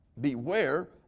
beware